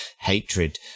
hatred